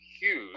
huge